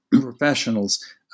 professionals